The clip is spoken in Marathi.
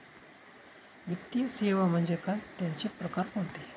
वित्तीय सेवा म्हणजे काय? त्यांचे प्रकार कोणते?